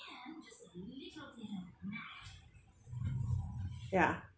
ya